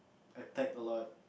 attacked a lot